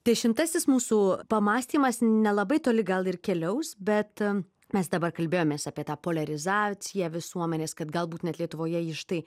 dešimtasis mūsų pamąstymas nelabai toli gal ir keliaus bet mes dabar kalbėjomės apie tą poliarizaciją visuomenės kad galbūt net lietuvoje ji štai